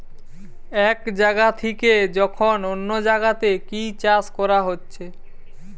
এক জাগা থিকে যখন অন্য জাগাতে কি চাষ কোরা হচ্ছে